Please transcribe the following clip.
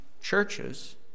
churches